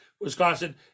Wisconsin